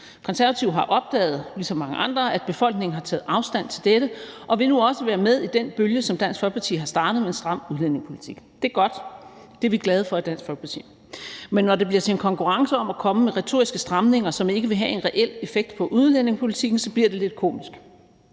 Konservative har ligesom mange andre opdaget, at befolkningen har taget afstand til dette og vil nu også være med i den bølge, som Dansk Folkeparti har startet, med en stram udlændingepolitik. Det er godt, og det er vi glade for i Dansk Folkeparti. Men når det bliver til en konkurrence om at komme med retoriske stramninger, som ikke vil have en reel effekt på udlændingepolitikken, bliver det lidt komisk.